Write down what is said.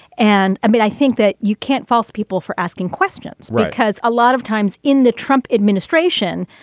and i mean, i think that you can't fault people for asking questions, but because a lot of times in the trump administration.